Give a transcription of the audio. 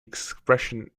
expression